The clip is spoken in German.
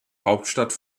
hauptstadt